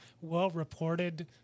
well-reported